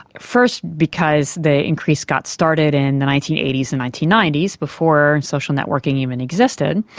first because the increase got started in the nineteen eighty s and nineteen ninety s before social networking even existed,